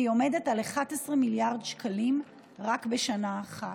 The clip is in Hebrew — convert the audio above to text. והיא עומדת על 11 מיליארד שקלים רק בשנה אחת.